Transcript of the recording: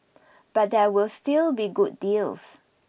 but there will still be good deals